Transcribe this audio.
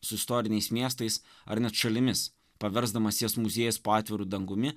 su istoriniais miestais ar net šalimis paversdamas jas muziejais po atviru dangumi